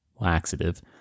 laxative